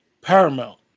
paramount